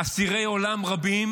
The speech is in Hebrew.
אסירי עולם רבים